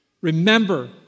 remember